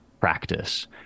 practice